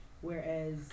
whereas